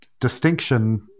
distinction